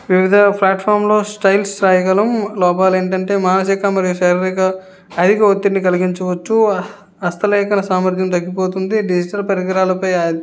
వివిధ ప్లాట్ఫామ్లో స్టైల్స్ వ్రాయగలం లోపాలు ఏంటంటే మానసిక మరియు శారీరిక అధిక ఒత్తిడిని కలిగించవచ్చు హస్తలేఖన సామర్థ్యం తగ్గిపోతుంది డిజిటల్ పరికరాలపై